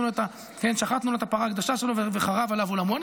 לו את הפרה הקדושה שלו וחרב עליו עולמו.